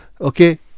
okay